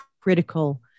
critical